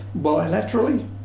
bilaterally